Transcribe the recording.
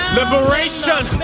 liberation